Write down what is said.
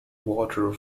water